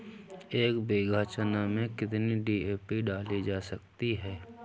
एक बीघा चना में कितनी डी.ए.पी डाली जा सकती है?